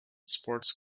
sports